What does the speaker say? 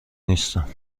نیستم